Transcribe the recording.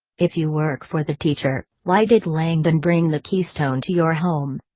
if you work for the teacher, why did langdon bring the keystone to your home?